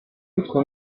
autre